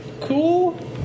Cool